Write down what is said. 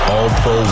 All-Pro